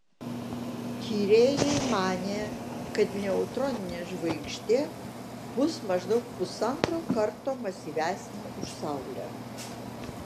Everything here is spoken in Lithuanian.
tyrėjai manė kad neutroninė žvaigždė bus maždaug pusantro karto masyvesnė už saulę